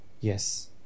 Yes